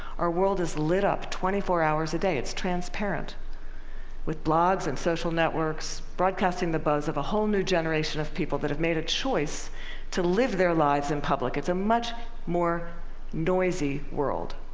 our world is lit up twenty four hours a day. it's transparent with blogs and social networks broadcasting the buzz of a whole new generation of people that have made a choice to live their lives in public. it's a much more noisy world.